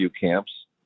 camps